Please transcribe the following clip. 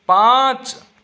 पाँच